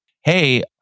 hey